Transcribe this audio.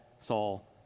Saul